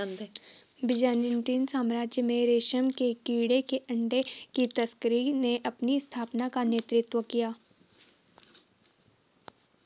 Byzantine साम्राज्य में रेशम के कीड़े के अंडे की तस्करी ने अपनी स्थापना का नेतृत्व किया